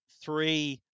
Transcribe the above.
three –